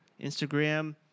Instagram